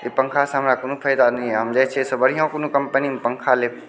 ई पंखा से हमरा कोनो फायदा नहि यऽ हम जाइ छी एहिसँ बढ़िऑं कोनो कम्पनीके पंखा लेब